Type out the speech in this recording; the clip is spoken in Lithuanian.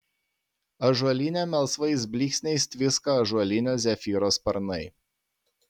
ąžuolyne melsvais blyksniais tviska ąžuolinio zefyro sparnai